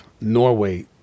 Norway